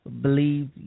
believe